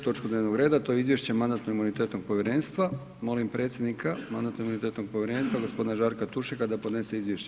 točku dnevnog reda to je: - Izvješće Mandatno–imunitetnog povjerenstva Molim predsjednika Mandatno-imunitetnog povjerenstva gospodina Žarka Tušeka da podnese izvješće.